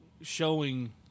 showing